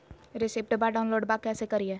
रेसिप्टबा डाउनलोडबा कैसे करिए?